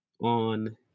on